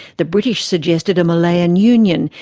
the british suggested a malayan union,